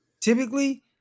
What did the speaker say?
Typically